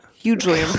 Hugely